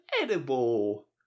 edible